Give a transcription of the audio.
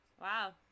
Wow